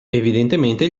evidentemente